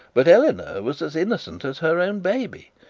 but eleanor was as innocent as her own baby.